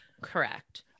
Correct